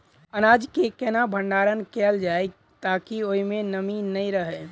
अनाज केँ केना भण्डारण कैल जाए ताकि ओई मै नमी नै रहै?